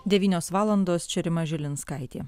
devynios valandos čia rima žilinskaitė